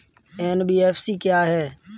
NBFC क्या है?